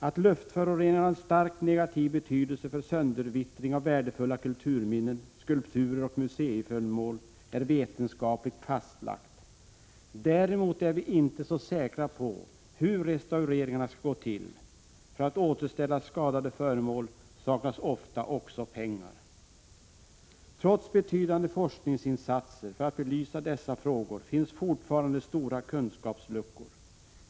Attluftföroreningarna har en starkt negativ betydelse för söndervittring av värdefulla kulturminnen, skulpturer och museiföremål är vetenskapligt fastlagt. Däremot är vi inte så säkra på hur restaureringarna skall gå till. För att återställa skadade föremål saknas ofta också pengar. Trots betydande forskningsinsatser för att belysa dessa frågor finns fortfarande stora kunskapsluckor.